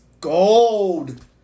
gold